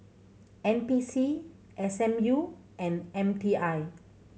N P C S M U and M T I